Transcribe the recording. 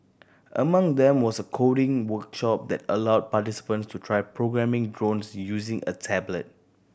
among them was a coding workshop that allowed participants to try programming drones using a tablet